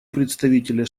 представителя